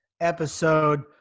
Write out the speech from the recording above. episode